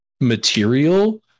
material